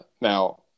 Now